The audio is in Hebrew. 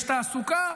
יש תעסוקה.